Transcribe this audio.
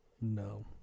No